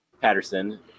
Patterson